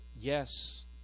yes